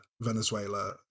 Venezuela